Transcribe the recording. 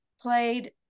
played